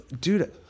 Dude